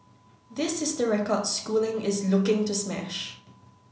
this is the record Schooling is looking to smash